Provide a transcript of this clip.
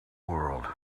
world